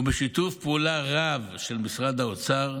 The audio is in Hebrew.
בשיתוף פעולה רב של משרד האוצר,